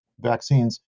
vaccines